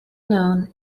known